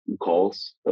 calls